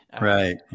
right